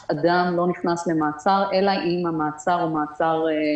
אדם לא נכנס למעצר אלא אם המעצר הוא חיוני,